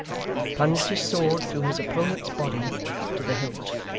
plunged his sword through his opponent's body to the hilt.